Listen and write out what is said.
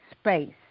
space